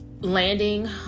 landing